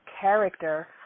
character